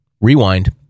Rewind